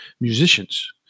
musicians